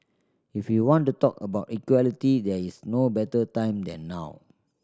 if you want to talk about equality there is no better time than now